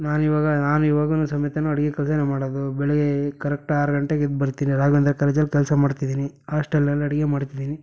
ನಾನು ಇವಾಗ ನಾನು ಇವಾಗನೂ ಸಮೇತ ಅಡಿಗೆ ಕೆಲಸನೇ ಮಾಡೋದು ಬೆಳಿಗ್ಗೆ ಕರೆಕ್ಟ್ ಆರು ಗಂಟೆಗೆ ಎದ್ದು ಬರ್ತೀನಿ ರಾಘವೇಂದ್ರ ಕರ್ಜಲ್ಲಿ ಕೆಲಸ ಮಾಡ್ತಿದ್ದೀನಿ ಹಾಸ್ಟೆಲಲ್ಲಿ ಅಡಿಗೆ ಮಾಡ್ತಿದ್ದೀನಿ